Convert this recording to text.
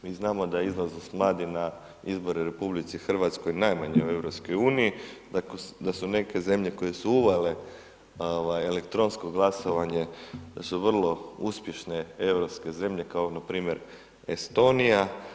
Mi znamo da izlaznost mladih na izbore u RH najmanje u EU, da su neke zemlje koje su uvele elektronsko glasovanje, a su vrlo uspješne europske zemlje, kao npr. Estonija.